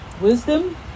wisdom